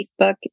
Facebook